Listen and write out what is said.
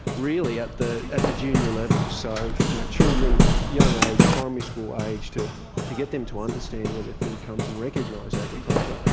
really, at the at the junior level. so, you know, children, young age, primary school age, to to get them to understand where their food comes and recognise agriculture,